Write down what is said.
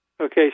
Okay